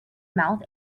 mouth